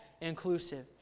inclusive